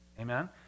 Amen